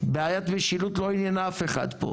בעיית משילות לא עניינה אף אחד פה,